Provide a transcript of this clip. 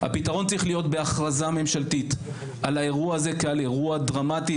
הפתרון צריך להיות בהכרזה ממשלתית כעל אירוע דרמטי,